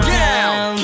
down